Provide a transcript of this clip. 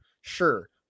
sure